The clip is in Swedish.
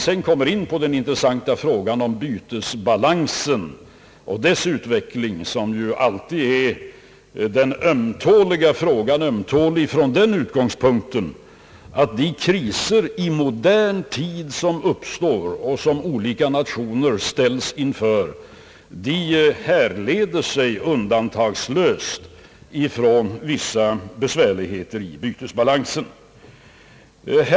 Sedan kommer jag till den intressanta och ömtåliga frågan om bytesbalansens utveckling — alltid ömtålig ur den synpunkten att de kriser, som olika nationer i modern tid ställts inför, undantagslöst härleder sig från vissa besvärligheter i bytesbalansen.